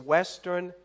Western